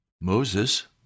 Moses